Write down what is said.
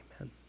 amen